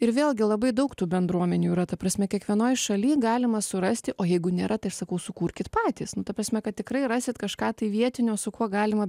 ir vėlgi labai daug tų bendruomenių yra ta prasme kiekvienoj šaly galima surasti o jeigu nėra tai aš sakau sukurkit patys nu ta prasme kad tikrai rasit kažką tai vietinio su kuo galima